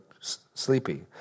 sleepy